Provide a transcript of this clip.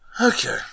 Okay